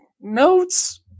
notes